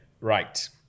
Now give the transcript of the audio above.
Right